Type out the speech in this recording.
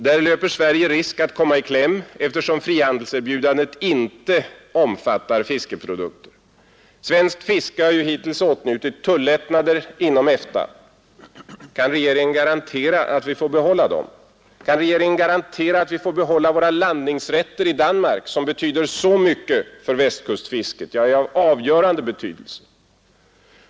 Där löper Sverige risk att komma i kläm, eftersom frihandelserbjudandet inte omfattar fiskeprodukter. Svenskt fiske har ju hittills åtnjutit tullättnader inom EFTA. Kan regeringen garantera att vi får behålla dem? Kan regeringen garantera att vi får behålla våra landningsrätter i Danmark, som betyder så mycket för Västkustfisket, ja, är av avgörande betydelse?